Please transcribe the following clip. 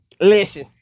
listen